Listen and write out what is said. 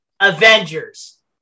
Avengers